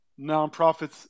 nonprofits